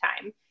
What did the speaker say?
time